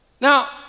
Now